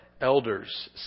elders